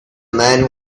man